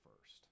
first